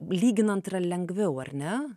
lyginant yra lengviau ar ne